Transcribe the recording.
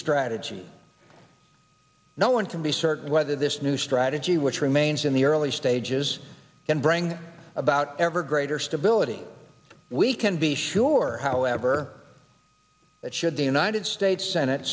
strategy no one can be certain whether this new strategy which remains in the early stages can bring about ever greater stability we can be sure however that should the united states